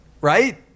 right